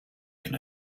can